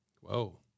Whoa